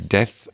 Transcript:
Death